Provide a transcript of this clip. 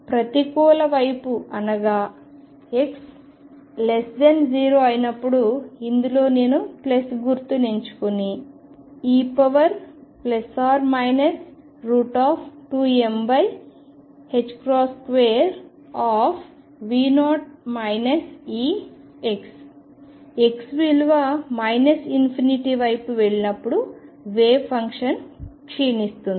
ప్రతికూల వైపు అనగా x0 అయినప్పుడు ఇందులో నేను ప్లస్ గుర్తు ఎంచుకొని e2m2V0 Ex x విలువ ∞ వైపు వెళ్లినప్పుడు వేవ్ ఫంక్షన్ క్షీణిస్తుంది